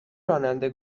راننده